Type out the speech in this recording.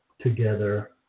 together